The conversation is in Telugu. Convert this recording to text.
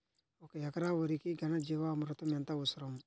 ఒక ఎకరా వరికి ఘన జీవామృతం ఎంత అవసరం?